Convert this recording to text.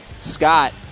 Scott